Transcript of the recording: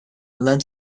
learned